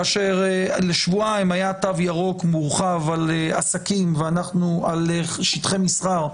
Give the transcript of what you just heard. כאשר לשבועיים היה תו ירוק מורחב על שטחי מסחר,